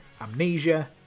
Amnesia